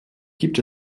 gibt